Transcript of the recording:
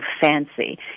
fancy